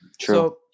True